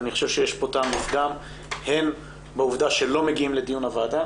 אני חושב שיש כאן טעם לפגם הן בעובדה שלא מגיעים דיון הוועדה